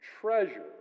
treasure